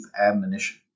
admonition